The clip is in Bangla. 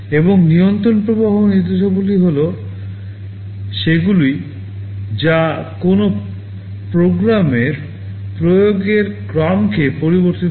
এবং নিয়ন্ত্রণ প্রবাহ নির্দেশাবলী হল সেইগুলি যা কোনও প্রোগ্রামের প্রয়োগের ক্রমকে পরিবর্তিত করে